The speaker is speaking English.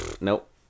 nope